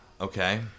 Okay